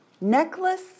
necklace